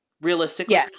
realistically